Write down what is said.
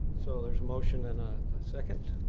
so there is a motion and a second.